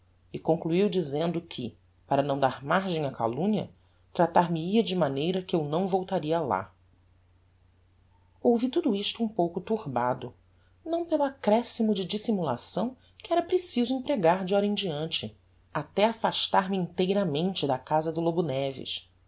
e concluiu dizendo que para não dar margem á calumnia tratar me hia de maneira que eu não voltaria lá ouvi tudo isto um pouco turbado não pelo accrescimo de dissimulação que era preciso empregar de ora em diante até afastar me inteiramente da casa do lobo neves